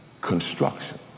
construction